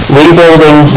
rebuilding